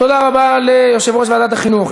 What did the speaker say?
תודה רבה ליושב-ראש ועדת החינוך.